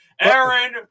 Aaron